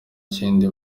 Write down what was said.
kindi